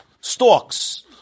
stalks